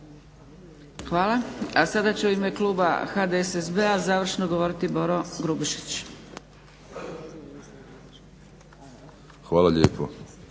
Hvala. A sada će u ime kluba HDSSB-a završno govoriti Boro Grubišić. **Grubišić,